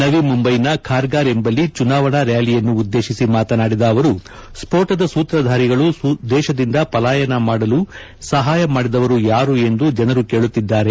ನವಿ ಮುಂಬೈನ ಬಾರ್ಗಾರ್ ಎಂಬಲ್ಲಿ ಚುನಾವಣಾ ರ್ಕಾಲಿಯನ್ನು ಉದ್ದೇಶಿಸಿ ಮಾತನಾಡಿದ ಅವರು ಸ್ಫೋಟದ ಸೂತ್ರಧಾರಿಗಳು ದೇಶದಿಂದ ಪಲಾಯನ ಮಾಡಲು ಸಹಾಯ ಮಾಡಿದವರು ಯಾರು ಎಂದು ಜನರು ಕೇಳುತ್ತಿದ್ಗಾರೆ